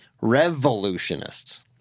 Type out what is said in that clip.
revolutionists